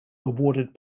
awarded